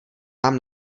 nám